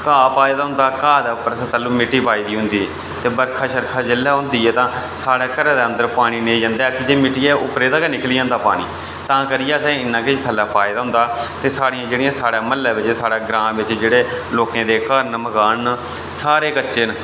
घाऽ पाए दा होंदा घाऽ दे उप्पर असें तैह्लूं मित्ती पाई दी होंदी ते बरखा शरखा जिसलै होंदी ऐ तां साढ़े घरै दा अंदर पानी नेईं जंदा ऐ क्योंकि मित्तिये उप्परा दा गै निकली जंदा पानी तां करियै असें इन्ना खिश थल्लै पाए दा होंदा ते साढ़ियां जेह्ड़िया साढ़े म्हल्लै बिच साढ़े ग्रां बिच जेह्ड़े लोकें दे घर न मकान न सारे कच्चे न